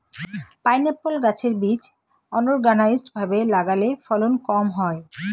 pineapple গাছের বীজ unorganised ভাবে লাগালে ফলন কম হয়